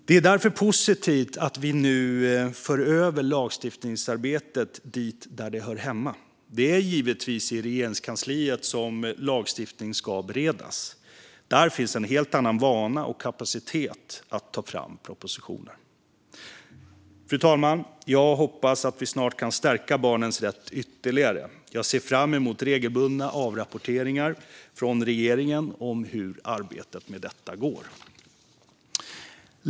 Det är därför positivt att vi nu för över lagstiftningsarbetet dit där det hör hemma. Det är givetvis i Regeringskansliet som lagstiftning ska beredas. Där finns en helt annan vana och kapacitet att ta fram propositioner. Fru talman! Jag hoppas att vi snart kan stärka barnens rätt ytterligare. Jag ser fram emot regelbundna avrapporteringar från regeringen om hur arbetet med detta går.